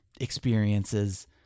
experiences